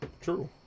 True